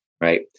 right